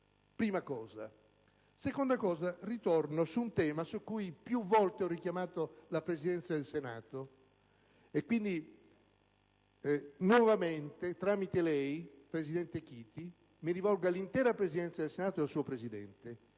In secondo luogo, ritorno su un tema su cui più volte ho richiamato la Presidenza del Senato, e quindi, nuovamente, tramite lei, presidente Chiti, mi rivolgo all'intero Consiglio di Presidenza del Senato ed al suo Presidente.